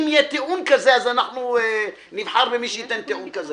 אם יהיה טיעון כזה אז אנחנו נבחר במי שייתן טיעון כזה.